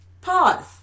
pause